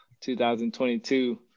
2022